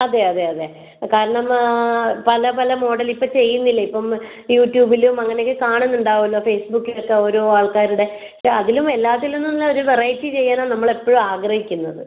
അതെ അതെ അതെ കാരണം പല പല മോഡൽ ഇപ്പോൾ ചെയ്യുന്നില്ലേ ഇപ്പം യൂട്യുബിലും അങ്ങനെ ഒക്കെ കാണുന്നുണ്ടാവുമല്ലോ ഫേസ്ബുക്കിൽ ഒക്കെ ഓരോ ആൾക്കാരുടെ പക്ഷേ അതിലും എല്ലാത്തിലും നിന്ന് ഒരു വെറൈറ്റി ചെയ്യാനാണ് നമ്മൾ എപ്പോഴും ആഗ്രഹിക്കുന്നത്